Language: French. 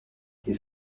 les